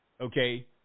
okay